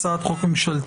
הצעת חוק ממשלתית,